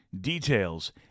Details